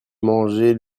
manger